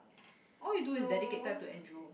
what you do is dedicate time to Andrew